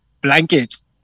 blankets